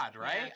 right